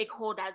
stakeholders